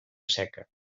seca